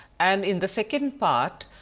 and in the second part,